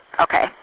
Okay